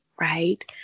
right